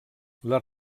les